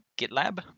GitLab